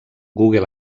google